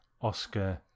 oscar